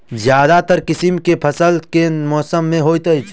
ज्यादातर किसिम केँ फसल केँ मौसम मे होइत अछि?